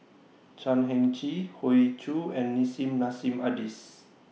Chan Heng Chee Hoey Choo and Nissim Nassim Adis